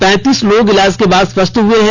पैंतीस लोग इलाज के बाद स्वस्थ हुए हैं